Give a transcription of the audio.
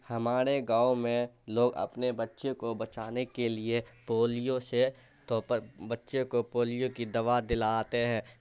ہمارے گاؤں میں لوگ اپنے بچے کو بچانے کے لیے پولیو سے تو بچے کو پولیو کی دوا دلاتے ہیں